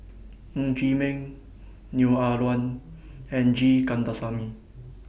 Ng Chee Meng Neo Ah Luan and G Kandasamy